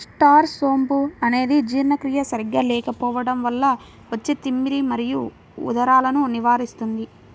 star సోంపు అనేది జీర్ణక్రియ సరిగా లేకపోవడం వల్ల వచ్చే తిమ్మిరి మరియు ఉదరాలను నివారిస్తుంది